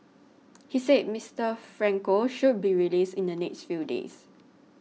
he said Mister Franco should be released in the next few days